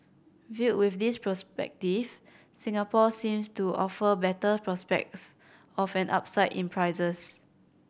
viewed with this perspective Singapore seems to offer better prospects of an upside in prices